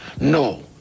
no